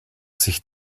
sich